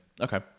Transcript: Okay